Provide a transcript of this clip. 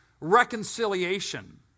reconciliation